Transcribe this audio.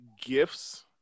gifts